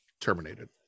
terminated